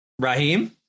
Raheem